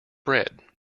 bread